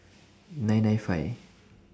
nine nine five